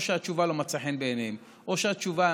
או שהתשובה לא מוצאת חן בעיניהם או שהתשובה